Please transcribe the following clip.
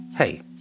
Hey